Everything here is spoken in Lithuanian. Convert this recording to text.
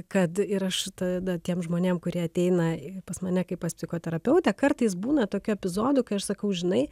kad ir aš tada tiems žmonėms kurie ateina pas mane kaip pas psichoterapeutę kartais būna tokių epizodų kai aš sakau žinai